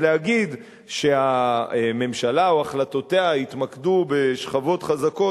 אז להגיד שהממשלה או החלטותיה התמקדו בשכבות חזקות,